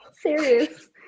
serious